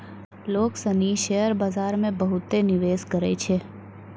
लोग सनी शेयर बाजार मे बहुते निवेश करै छै